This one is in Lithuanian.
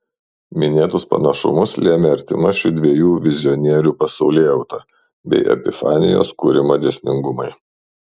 minėtus panašumus lėmė artima šių dviejų vizionierių pasaulėjauta bei epifanijos kūrimo dėsningumai